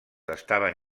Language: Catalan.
estaven